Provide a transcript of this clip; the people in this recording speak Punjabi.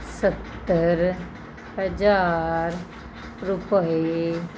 ਸੱਤਰ ਹਜ਼ਾਰ ਰੁਪਏ